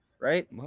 right